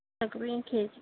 సగ్గుబియ్యం కేజీ